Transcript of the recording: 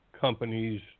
companies